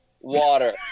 water